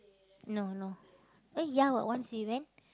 no no eh ya once we went